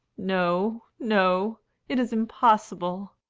no, no it is impossible.